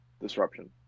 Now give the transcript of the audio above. disruption